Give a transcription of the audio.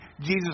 Jesus